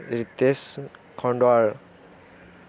Ritesh Khandual